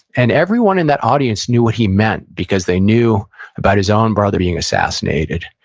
and everyone in that audience knew what he meant, because they knew about his own brother being assassinated.